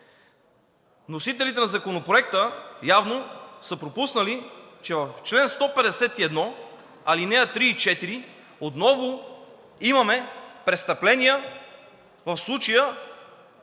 Вносителите на Законопроекта явно са пропуснали, че в чл. 151, ал. 3 и 4 отново имаме престъпления, в случая